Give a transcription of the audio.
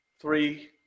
three